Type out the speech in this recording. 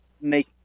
make